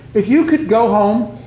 if you could go home